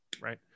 right